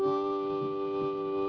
well